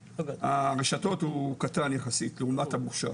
הרשתות הוא קטן יחסית לעומת המוכש"ר.